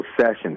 sessions